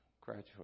graduate